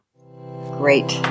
Great